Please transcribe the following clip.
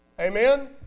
Amen